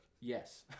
Yes